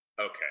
Okay